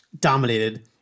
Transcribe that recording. dominated